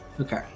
Okay